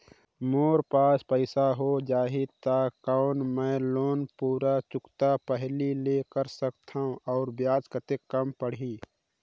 मोर पास पईसा हो जाही त कौन मैं लोन पूरा चुकता पहली ले कर सकथव अउ ब्याज कतेक कम पड़ही?